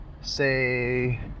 say